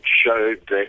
showed